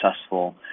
successful